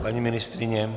Paní ministryně?